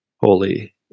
holy